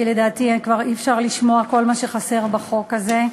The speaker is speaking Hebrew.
כי לדעתי כבר אי-אפשר לשמוע כל מה שחסר בחוק הזה,